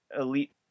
Elite